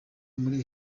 muri